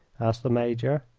asked the major.